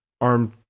armed